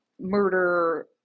murder